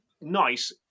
nice